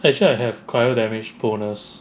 actually I have cyro damage bonus